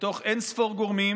בתוך אין-ספור גורמים,